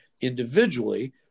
individually